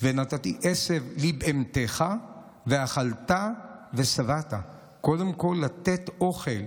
ונתתי עשב לבהמתך ואכלת ושבעת, קודם כול לתת אוכל